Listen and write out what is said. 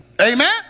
Amen